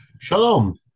Shalom